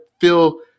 feel